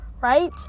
Right